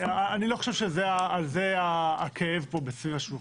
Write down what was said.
אני לא חושב שעל זה הכאב פה סביב השולחן.